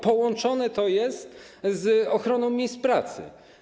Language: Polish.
Połączone to jest z ochroną miejsc pracy.